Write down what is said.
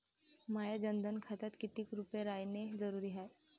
माह्या जनधन खात्यात कितीक रूपे रायने जरुरी हाय?